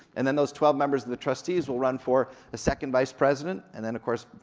and then those twelve members of the trustees will run for a second vice president, and then of course,